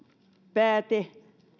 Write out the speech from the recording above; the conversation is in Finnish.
pääteasema